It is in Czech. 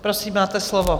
Prosím, máte slovo.